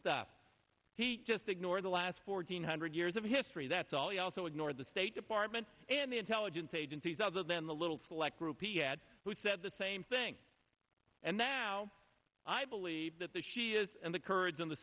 stuff he just ignore the last four hundred years of history that's all he also ignored the state department and the intelligence agencies other than the little select group iyad who said the same thing and now i believe that the shias and the kurds in the